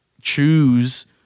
choose